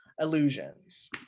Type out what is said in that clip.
illusions